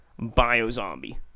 Biozombie